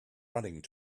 running